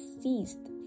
ceased